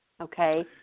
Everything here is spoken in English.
Okay